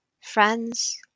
friends